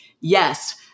Yes